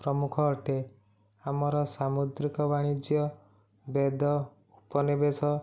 ପ୍ରମୁଖ ଅଟେ ଆମର ସାମୁଦ୍ରିକ ବାଣିଜ୍ୟ ବେଦ ଉପନିବେଶ